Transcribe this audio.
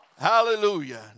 Hallelujah